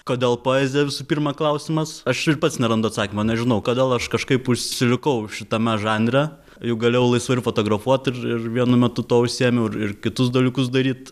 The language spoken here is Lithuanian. kodėl poezija visų pirma klausimas aš ir pats nerandu atsakymo nežinau kodėl aš kažkaip užsilikau šitame žanre juk galėjau laisvai ir fotografuot ir ir vienu metu tuo užsiėmiau ir ir kitus dalykus daryt